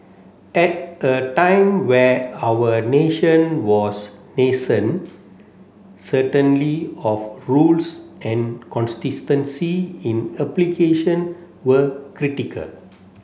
at a time where our nation was nascent certainly of rules and consistency in application were critical